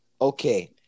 Okay